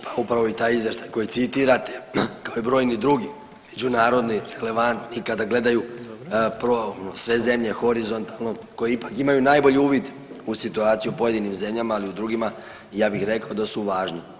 Pa upravo taj izvještaj koji citirate kao i brojni drugi međunarodni, relevantni i kada gledaju sve zemlje horizontalno koji ipak imaju najbolji uvid u situaciju u pojedinim zemljama ali i u drugima, ja bih rekao da su važni.